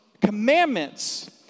commandments—